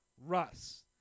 Russ